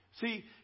See